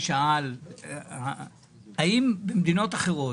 תשאל אותם מה המרווח שלהם,